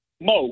Mo